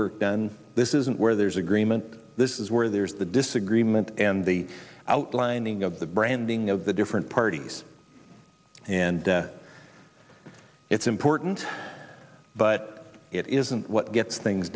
work done this isn't where there's agreement this is where there's the disagreement and the outlining of the branding of the different parties and it's important but it isn't what gets things